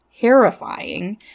terrifying